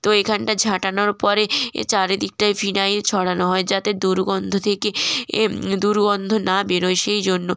তো এখানটা ঝাঁটানোর পরে চারিদিকটায় ফিনাইল ছড়ানো হয় যাতে দুর্গন্ধ থেকে দুর্গন্ধ না বেরোয় সেই জন্য